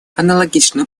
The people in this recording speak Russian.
аналогичным